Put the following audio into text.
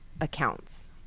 accounts